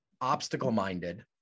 obstacle-minded